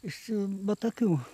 iš batakių